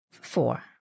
Four